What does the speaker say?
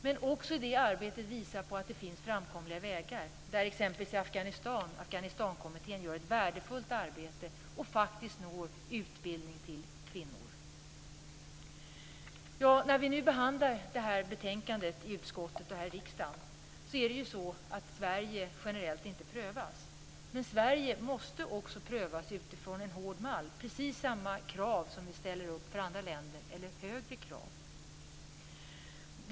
Men också arbetet med detta visar att det finns framkomliga vägar. Afghanistankommittén gör t.ex. ett värdefullt arbete i Afghanistan, och faktiskt når utbildning till kvinnor. När vi nu behandlar det här betänkandet i utskottet och här i riksdagen är det ju så att Sverige generellt inte prövas. Men Sverige måste också prövas utifrån en hård mall med precis samma krav som vi ställer upp för andra länder, eller högre krav.